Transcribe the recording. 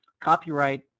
copyright